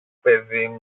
παιδί